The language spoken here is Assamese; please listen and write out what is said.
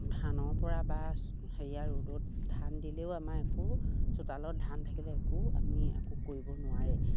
ধানৰ পৰা বা হেৰিয়া ৰ'দত ধান দিলেও আমাৰ একো চোতালত ধান থাকিলে একো আমি একো কৰিব নোৱাৰে